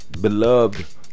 beloved